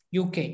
UK